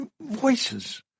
voices